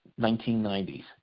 1990s